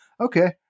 Okay